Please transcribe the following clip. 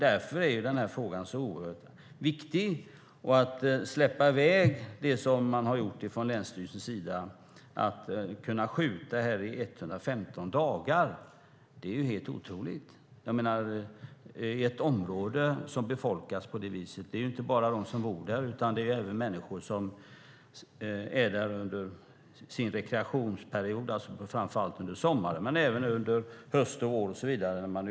Därför är frågan så oerhört viktig. Att sedan länsstyrelsen kan hävda att det går att skjuta i 115 dagar är helt otroligt. Det är fråga om ett befolkat område. Det är inte bara fråga om de som bor där utan även om de människor som befinner sig där för rekreation, framför allt under sommaren men även under höst och vår.